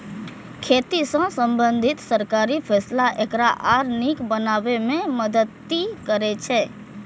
खेती सं संबंधित सरकारी फैसला एकरा आर नीक बनाबै मे मदति करै छै